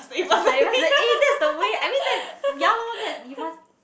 as I was telling eh that's the way I mean that's ya loh that's you must